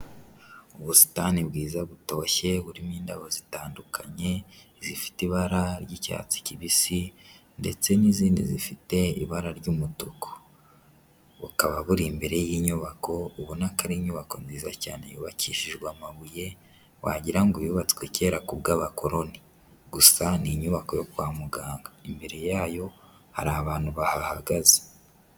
Ubusitani bwiza butoshye burimo indabo zitandukanye, zifite ibara ry'icyatsi kibisi ndetse n'izindi zifite ibara ry'umutuku, bukaba buri imbere y'inyubako ubona ko ari inyubako nziza cyane yubakishijwe amabuye wagira ngo yubatswe kera ku bw'abakoloni, gusa ni inyubako yo kwa muganga, imbere yayo hari abantu bahahagaze.